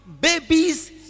babies